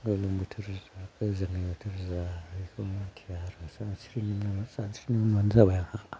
गोलोम बोथोर गोजांनाय बोथोरानो जा एख' मिथिया आरो सानस्रिनो मोनब्लानो जाबाय आंहा